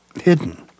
hidden